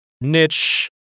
niche